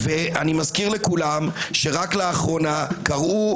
ואני מזכיר לכולם שרק לאחרונה קראו,